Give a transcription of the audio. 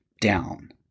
down